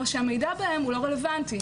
או שהמידע בהם הוא לא רלוונטי.